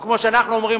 או כמו שאנחנו אומרים,